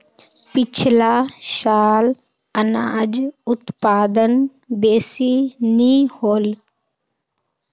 पिछला साल अनाज उत्पादन बेसि नी होल